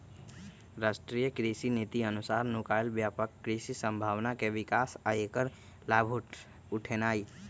राष्ट्रीय कृषि नीति अनुसार नुकायल व्यापक कृषि संभावना के विकास आ ऐकर लाभ उठेनाई